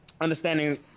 understanding